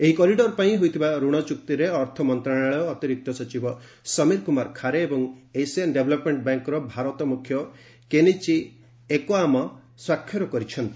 ଏହି କରିଡର ପାଇଁ ହୋଇଥିବା ରଣ ଚୁକ୍ତିରେ ଅର୍ଥମନ୍ତ୍ରଣାଳୟ ଅତିରିକ୍ତ ସଚିବ ସମୀର କୁମାର ଖାରେ ଏବଂ ଏସିଆନ୍ ଡେଭଲପ୍ମେଣ୍ଟ ବ୍ୟାଙ୍କର ଭାରତ ମୁଖ୍ୟ କେନିଚି ୟେକୋୟାମା ସ୍ପାକ୍ଷର କରିଛନ୍ତି